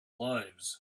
lives